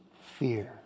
fear